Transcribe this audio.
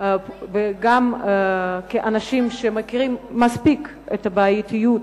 וגם כאנשים שמכירים מספיק את הבעייתיות,